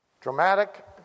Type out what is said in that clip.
Dramatic